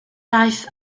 daeth